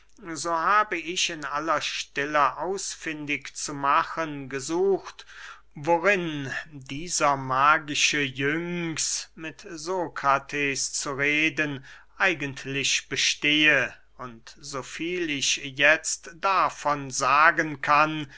so habe ich in aller stille ausfindig zu machen gesucht worin dieser magische iynx mit sokrates zu reden eigentlich bestehe und so viel ich jetzt davon sagen kann